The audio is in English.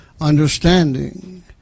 Understanding